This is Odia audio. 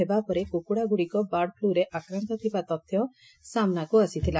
ହେବାପରେ କୁକୁଡାଗୁଡ଼ିକ ବାର୍ଡ ଫ୍ରୁ ଫ୍ରୁରେ ଆକ୍ରାନ୍ଡ ଥିବା ତଥ୍ୟ ସାମ୍ନାକୁ ଆସିଥିଲା